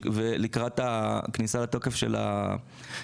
אותו לקראת הכניסה לתוקף של החוק,